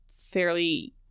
fairly